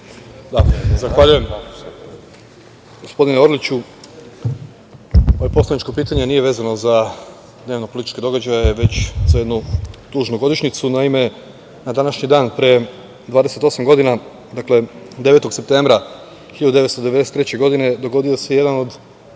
Zahvaljujem, gospodine Orliću. Moje poslaničko pitanje nije vezano za dnevno-političke događaje, već za jednu tužnu godišnjicu. Naime, na današnji dan pre 28. godina, dakle 9. septembra 1993. godine dogodio se jedan od